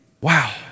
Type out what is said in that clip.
wow